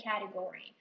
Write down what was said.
category